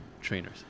trainers